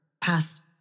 past